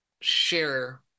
share